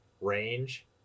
range